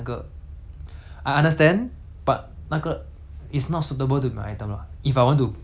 it's not suitable to be my item lah if I want to create an item then perform to other people